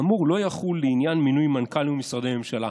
האמור לא יחול לעניין מינוי מנכ"לים במשרדי הממשלה".